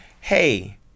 hey